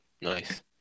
Nice